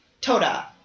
toda